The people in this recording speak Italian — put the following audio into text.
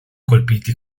colpiti